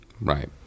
Right